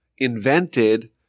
invented